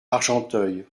argenteuil